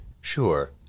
sure